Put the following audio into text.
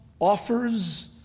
offers